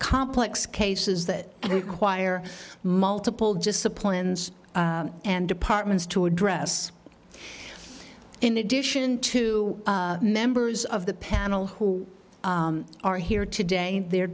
complex cases that require multiple disciplines and departments to address in addition to members of the panel who are here today the